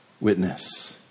witness